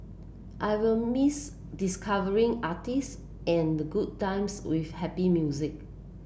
I will miss discovering artist and the good times with happy music